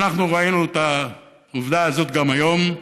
ואנחנו ראינו את העובדה הזאת גם היום,